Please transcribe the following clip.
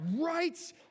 right